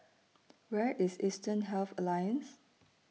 Where IS Eastern Health Alliance